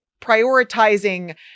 prioritizing